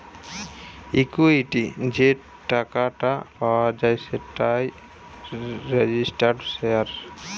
equity যে টাকাটা পাওয়া যায় সেটাই রেজিস্টার্ড শেয়ার